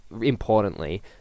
importantly